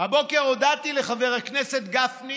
הבוקר הודעתי לחבר הכנסת גפני